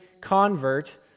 convert